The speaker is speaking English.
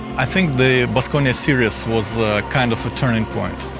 i think the baskonia series was a kind of a turning point.